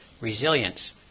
resilience